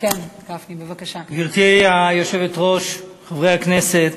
גברתי היושבת-ראש, חברי הכנסת,